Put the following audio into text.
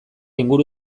inguru